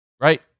Right